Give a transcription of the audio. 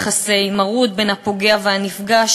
יחסי מרות בין הפוגע לנפגע,